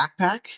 backpack